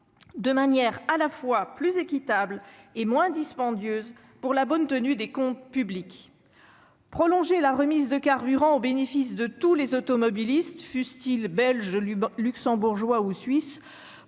de manière à la fois plus équitable et moins dispendieuse pour la bonne tenue des comptes publics. Prolonger la remise carburant au bénéfice de tous les automobilistes, fussent-ils belges, luxembourgeois ou suisses,